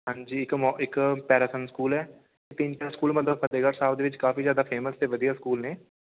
ਹਾਂਜੀ ਇੱਕ ਮੋ ਇੱਕ ਪੈਰਾਸਮ ਸਕੂਲ ਹੈ ਸਕੂਲ ਮਤਲਬ ਫ਼ਤਹਿਗੜ੍ਹ ਸਾਹਿਬ ਦੇ ਵਿੱਚ ਕਾਫੀ ਜ਼ਿਆਦਾ ਫੇਮਸ ਅਤੇ ਵਧੀਆ ਸਕੂਲ ਨੇ